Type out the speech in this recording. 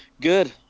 good